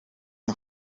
een